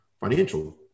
financial